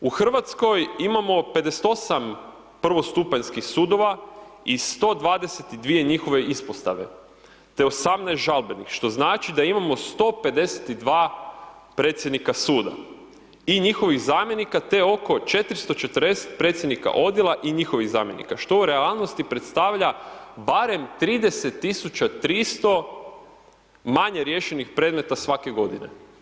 U RH imamo 58 prvostupanjskih sudova i 122 njihove Ispostave, te 18 žalbenih, što znači da imamo 152 predsjednika suda i njihovih zamjenika te oko 440 predsjednika odjela i njihovih zamjenika što u realnosti predstavlja barem 30 300 manje riješenih predmeta svake godine.